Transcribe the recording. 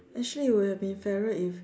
actually it would have been fairer if